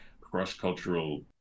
cross-cultural